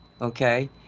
okay